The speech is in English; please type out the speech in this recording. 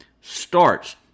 starts